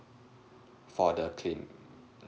for the claim